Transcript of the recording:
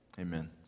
amen